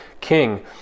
king